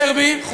חוזר בי.